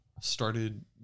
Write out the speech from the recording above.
started